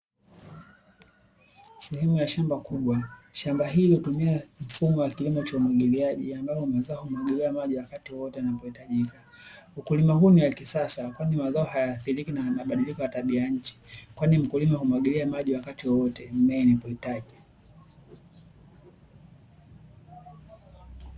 Sehemu ya shamba kubwa, shamba hili hutumia mfumo wa kilimo cha umwagiliaji ambao mazao humwagiliwa maji wakati wote yanapohitajika. Ukulima huu ni wa kisasa kwani mazao hayaathiriki na mabadiliko ya tabia nchi, kwani mkulima humwagilia wakati wowote mimea inapohitaji.